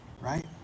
right